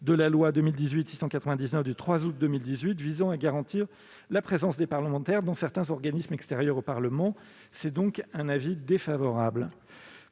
de la loi n° 2018-699 du 3 août 2018 visant à garantir la présence des parlementaires dans certains organismes extérieurs au Parlement et à simplifier les